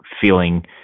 feeling